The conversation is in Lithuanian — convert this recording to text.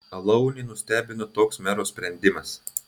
alaunį nustebino toks mero sprendimas